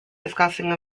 discussing